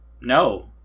No